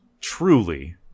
Truly